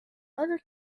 other